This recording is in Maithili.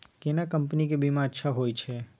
केना कंपनी के बीमा अच्छा होय छै?